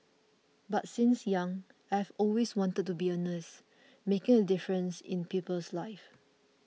but since young I have always wanted to be a nurse making a difference in people's lives